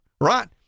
right